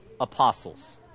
apostles